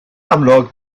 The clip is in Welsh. amlwg